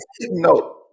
No